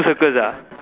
circles ah